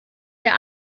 der